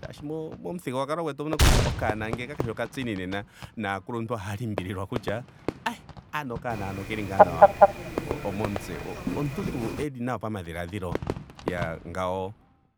Shaashi momuthigululwakalo gwetu omuna kutya ngele okanona kakeshi okatsini nena naakuluntu ohaa limbililwa kutya ai ano okanona hano okeli ngaa nawa mo- momutse. omuntu tuu eli nawa pamadhiladhilo? Iyaa ngawo